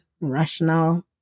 rational